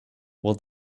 will